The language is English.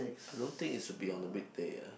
I don't think it should be on a weekday ah